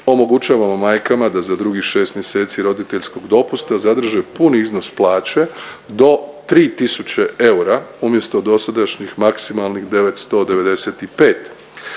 omogućujemo majkama da za drugih 6 mjeseci roditeljskog dopusta zadrže puni iznos plaće do 3 tisuće eura umjesto dosadašnjih maksimalnih 995.